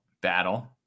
Battle